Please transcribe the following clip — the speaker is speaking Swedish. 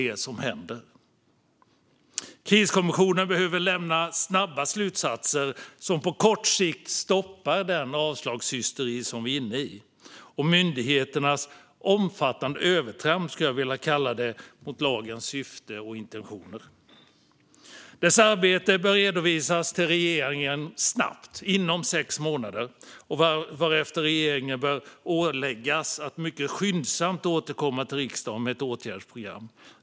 Kriskommissionen behöver komma med snabba slutsatser som på kort sikt stoppar avslagshysterin och myndigheternas omfattande övertramp mot lagens syfte och intentioner. Dess arbete bör redovisas till regeringen snabbt, inom sex månader, varefter regeringen bör åläggas att mycket skyndsamt återkomma till riksdagen med ett åtgärdsprogram.